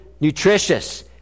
nutritious